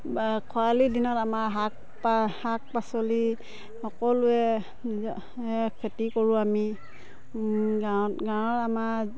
বা খৰালি দিনত আমাৰ শাক পা শাক পাচলি সকলোৱে নিজৰ খেতি কৰোঁ আমি গাঁৱত গাঁৱৰ আমাৰ